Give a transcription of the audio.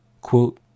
Quote